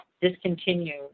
discontinued